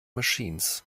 machines